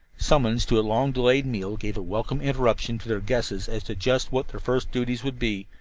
summons to a long-delayed meal gave a welcome interruption to their guesses as to just what their first duties would be,